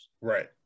Right